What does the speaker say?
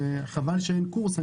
וחבל שאין קורס.